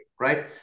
right